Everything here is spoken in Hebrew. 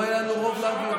לא היה לנו רוב להעביר.